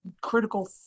critical